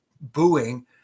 booing